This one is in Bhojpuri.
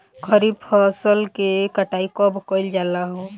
खरिफ फासल के कटाई कब कइल जाला हो?